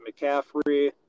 McCaffrey